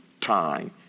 time